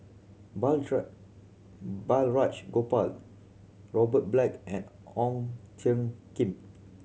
Balraj Gopal Robert Black and Ong Tjoe Kim